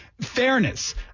fairness